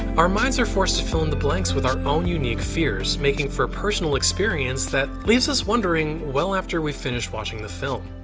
our minds are forced to fill in the blanks with our own unique fears, making for a personal experience that leaves us wondering well after we've finished watching the film.